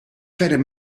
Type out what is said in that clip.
verder